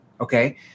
Okay